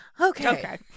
Okay